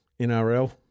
NRL